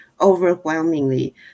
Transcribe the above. overwhelmingly